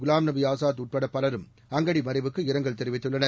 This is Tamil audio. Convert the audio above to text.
குலாம் நபி ஆசாத் உட்பட பலரும் அங்கடி மறைவுக்கு இரங்கல் தெரிவித்துள்ளனர்